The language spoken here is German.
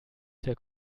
der